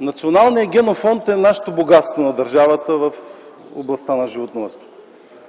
Националният генофонд е нашето богатство на държавата в областта на животновъдството.